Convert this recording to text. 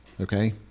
okay